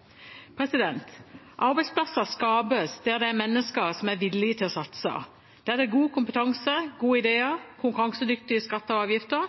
opp. Arbeidsplasser skapes der det er mennesker som er villige til å satse, der det er god kompetanse, gode ideer, konkurransedyktige skatter og avgifter,